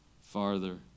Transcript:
farther